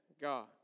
God